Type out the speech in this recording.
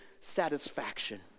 satisfaction